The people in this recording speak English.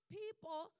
people